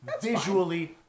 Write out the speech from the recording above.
Visually